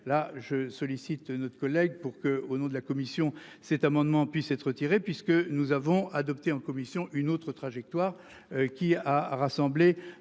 là je sollicite notre collègue pour que au nom de la commission, cet amendement puisse être retiré puisque nous avons adopté en commission, une autre trajectoire qui a rassemblé.